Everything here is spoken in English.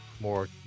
More